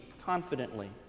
confidently